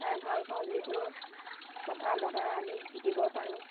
চাই ভাল পাওঁ যিকোনো কথা বতাৰ আমি শিকিব পাৰোঁ